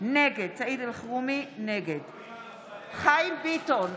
נגד חיים ביטון,